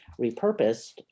repurposed